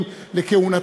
היא קרובה